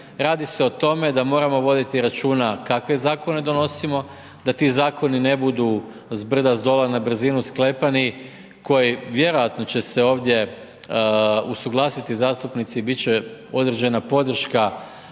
radi se o tome da moramo voditi računa kakve zakone donosimo, da ti zakoni ne budu zbrda zdola na brzinu sklepani koji vjerojatno će se ovdje usuglasiti zastupnici i biti će određena podrška